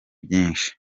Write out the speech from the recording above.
byinshi